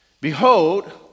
Behold